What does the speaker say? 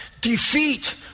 defeat